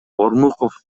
ормуков